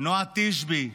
נועה תשבי.